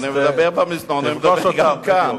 אני מדבר במזנון, ואני מדבר גם כאן.